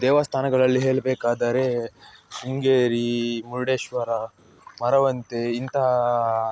ದೇವಸ್ಥಾನಗಳಲ್ಲಿ ಹೇಳಬೇಕಾದರೆ ಶೃಂಗೇರಿ ಮುರ್ಡೇಶ್ವರ ಮರವಂತೆ ಇಂತಹ